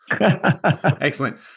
Excellent